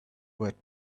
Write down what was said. were